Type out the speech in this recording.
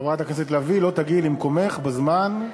חברת הכנסת לביא, אם לא תגיעי למקומך בזמן,